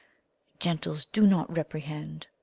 gentles, do not reprehend.